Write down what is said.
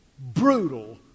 brutal